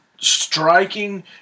striking